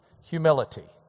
humility